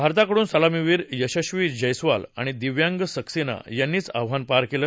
भारताकडून सलामीवीर यशस्वी जस्मिाल आणि दिव्यांश सक्सेना यांनीच आव्हान पार केलं